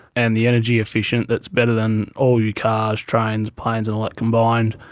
and the energy efficiency that's better than all your cars, trains, planes and all that combined.